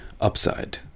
upside